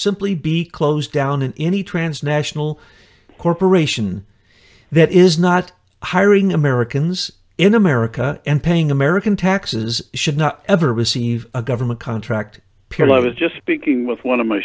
simply be closed down and any transnational corporation that is not hiring americans in america and paying american taxes should not ever receive a government contract period i was just speaking with one of my